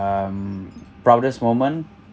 um proudest moment